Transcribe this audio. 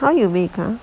how you bake